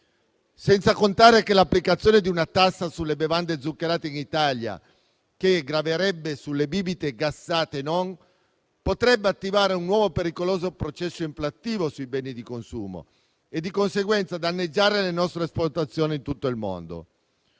senza contare che l'applicazione di una tassa sulle bevande zuccherate in Italia, che graverebbe sulle bibite gassate e non, potrebbe attivare un nuovo pericoloso processo inflattivo sui beni di consumo e, di conseguenza, danneggiare le nostre esportazioni in tutto il mondo.